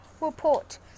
report